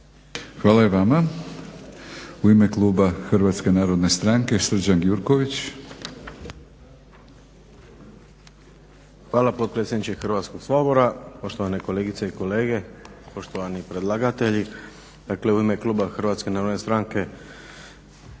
(HNS)** U ime Kluba Hrvatske Narodne Stranke Srđan Gjurković. **Gjurković, Srđan (HNS)** Hvala potpredsjedniče Hrvatskoga sabora, poštovane kolegice i kolege, poštovani predlagatelji. Dakle u ime Kluba Hrvatske Narodne Stranke